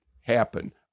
happen